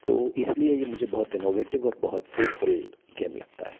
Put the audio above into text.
तो इसलिए यह मुझे बहुत इन्नोवेटिव और बहुत फ़्रूटफुल गेम लगता है